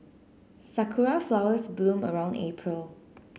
sakura flowers bloom around April